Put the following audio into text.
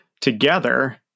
together